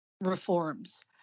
reforms